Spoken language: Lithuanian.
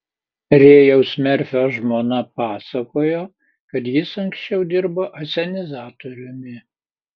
rėjaus merfio žmona pasakojo kad jis anksčiau dirbo asenizatoriumi